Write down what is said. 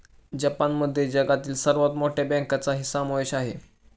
जपानमध्ये जगातील सर्वात मोठ्या बँकांचाही समावेश आहे